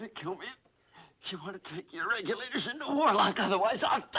kill me, if you want to take your regulators into warlock. otherwise, i'll